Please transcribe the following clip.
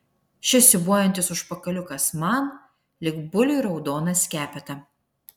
šis siūbuojantis užpakaliukas man lyg buliui raudona skepeta